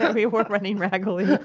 we were running raggily.